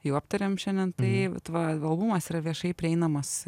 jau aptarėm šiandien tai bet va albumas yra viešai prieinamas